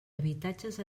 habitatges